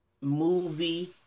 movie